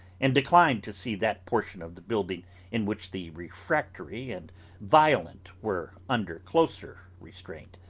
and declined to see that portion of the building in which the refractory and violent were under closer restraint.